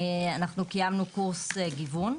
אנחנו קיימנו קורס גיוון,